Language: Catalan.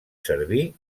servir